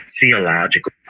theological